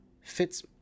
fits